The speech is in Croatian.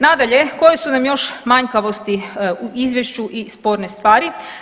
Nadalje, koje su nam još manjkavosti u izvješću i sporne stvari?